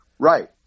Right